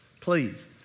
Please